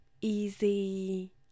easy